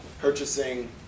purchasing